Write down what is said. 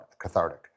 cathartic